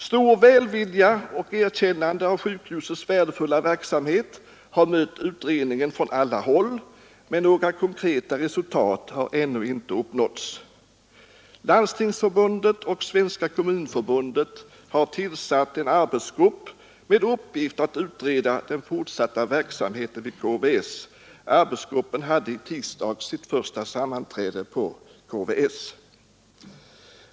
Stor välvilja och erkännande av sjukhusets värdefulla verksamhet har mött utredningen från alla håll. Men några konkreta resultat har ännu inte uppnåtts. Landstingsförbundet och Svenska kommunförbundet har tillsatt en arbetsgrupp med uppgift att utreda den fortsatta verksamheten vid KVS. Arbetsgruppen hade i tisdags sitt första sammanträde på KVS.